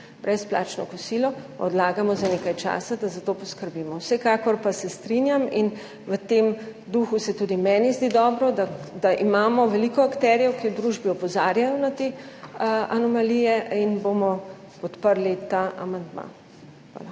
brezplačno kosilo odlagamo za nekaj časa, da za to poskrbimo. Vsekakor pa se strinjam in v tem duhu se tudi meni zdi dobro, da imamo veliko akterjev, ki v družbi opozarjajo na te anomalije, in bomo podprli ta amandma. Hvala.